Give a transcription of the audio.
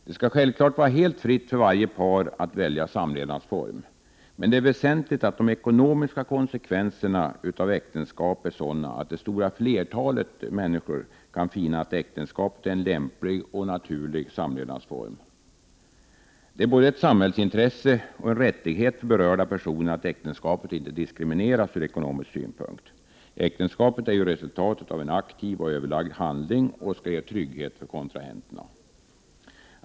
Självfallet skall det vara helt fritt för varje par att välja samlevnadsform, men det är väsentligt att de ekonomiska konsekvenserna av äktenskapet är sådana att det stora flertalet kan finna att äktenskapet är en lämplig och naturlig samlevnadsform. Det är både ett samhällsintresse och en rättighet för berörda personer att äktenskapet inte diskrimineras ur ekonomisk synpunkt. Äktenskapet är resultatet av en aktiv och överlagd handling och skall ge trygghet för kontrahenterna.